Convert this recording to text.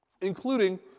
Including